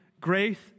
grace